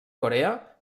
corea